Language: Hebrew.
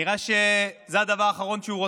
נראה שזה הדבר האחרון שהוא רוצה.